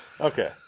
Okay